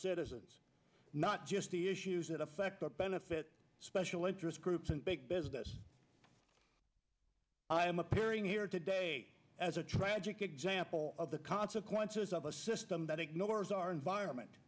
citizens not just the issues that affect benefit special interest groups and big business i am appearing here today as a tragic example of the consequences of a system that ignores our environment